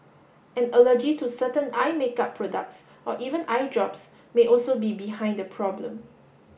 an allergy to certain eye makeup products or even eye drops may also be behind the problem